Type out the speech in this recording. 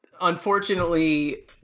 unfortunately